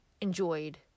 enjoyed